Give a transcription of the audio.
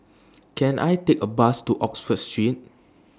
Can I Take A Bus to Oxford Street